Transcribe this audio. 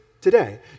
today